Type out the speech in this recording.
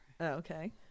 okay